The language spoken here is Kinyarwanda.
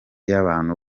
y’abantu